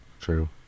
True